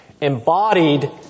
embodied